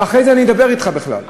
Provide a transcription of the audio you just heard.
ואחרי זה אני אדבר אתך בכלל.